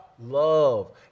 Love